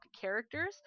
characters